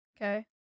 Okay